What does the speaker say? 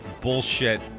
bullshit